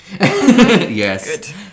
Yes